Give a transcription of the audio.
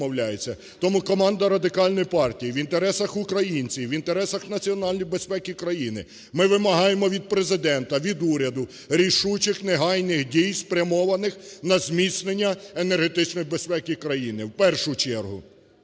Тому команда Радикальної партії, в інтересах українців, в інтересах національної безпеки країни, ми вимагаємо від Президента, від уряду рішучих негайних дій, спрямованих на зміцнення енергетичної безпеки країни. В першу чергу,